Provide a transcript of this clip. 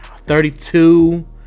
Thirty-two